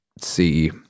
see